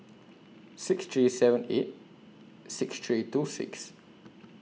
six three seven eight six three two six